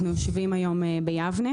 אנו יושבים היום ביבנה.